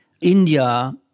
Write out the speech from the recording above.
India